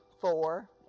four